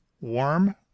warm